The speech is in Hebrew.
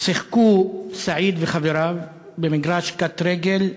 שיחקו סעיד וחבריו במגרש קט-רגל,